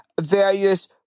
various